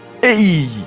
hey